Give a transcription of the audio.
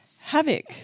Havoc